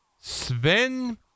Sven